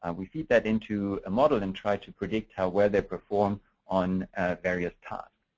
um we feed that into a model, and try to predict how well they'll perform on various tasks.